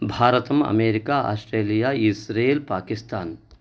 भारतम् America Australia Israel Pakistan